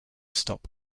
stop